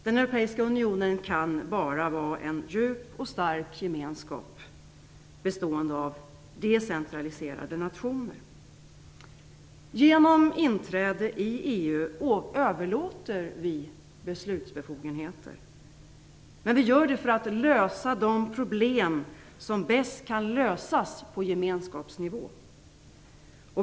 Den europeiska unionen kan bara vara en djup och stark gemenskap bestående av decentraliserade nationer. Genom inträde i EU överlåter vi beslutsbefogenheter, men vi gör det för att lösa de problem som bäst kan lösas på gemenskapsnivå.